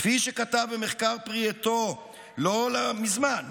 כפי שכתב במחקר פרי עטו לא מזמן פרופ'